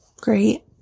great